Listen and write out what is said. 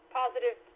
positive